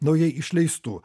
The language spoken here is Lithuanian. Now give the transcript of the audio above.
naujai išleistų